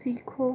सीखो